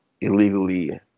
illegally